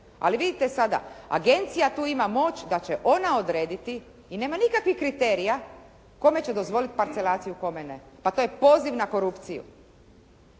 Ali vidite sada, Agencija tu ima moć da će ona odrediti i nema nikakvih kriterija kome će dozvoliti parcelaciju, a kome ne. Pa to je poziv na korupciju.